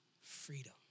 freedom